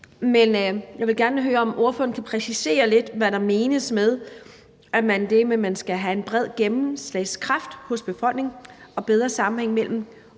men jeg vil gerne høre, om ordføreren kan præcisere lidt, hvad der menes med, at man skal have en bred gennemslagskraft hos befolkningen og bedre sammenhæng mellem